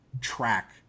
track